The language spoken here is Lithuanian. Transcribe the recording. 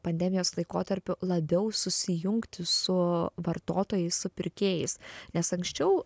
pandemijos laikotarpiu labiau susijungti su vartotojais su pirkėjais nes anksčiau